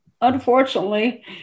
unfortunately